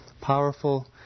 powerful